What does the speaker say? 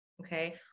Okay